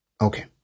Okay